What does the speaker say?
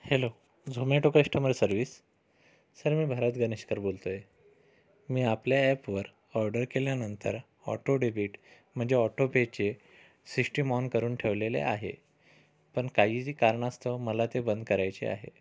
hello Zomato customer service sir मी भारत गणेशकर बोलतोय मी आपल्या ऍपवर ऑर्डर केल्यानंतर ऑटोडेबिट म्हणजे ऑटोपेचे सिस्टीम ऑन करून ठेवलेले आहे पण काही जी कारणास्तव मला ते बंद करायचे आहे